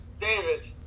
David